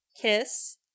Kiss